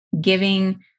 giving